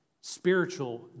spiritual